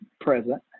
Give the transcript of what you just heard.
present